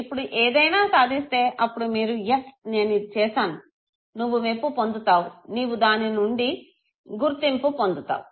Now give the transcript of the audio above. ఇప్పుడు ఏదైనా సాధిస్తే అప్పుడు మీరు yes నేను ఇది చేసాను నువ్వు మెప్పు పొందుతావు నీవు దానినుండి గుర్తింపు పొందుతావు